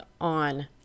on